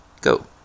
Go